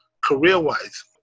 career-wise